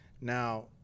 Now